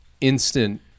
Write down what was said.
instant